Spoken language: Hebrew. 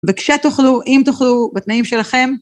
בבקשה תאכלו, אם תאכלו, בתנאים שלכם.